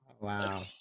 wow